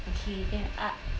okay then I